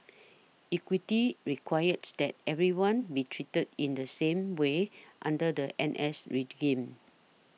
equity requires that everyone be treated in the same way under the N S regime